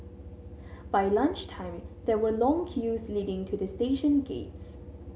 by lunch time there were long queues leading to the station gates